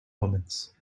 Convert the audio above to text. omens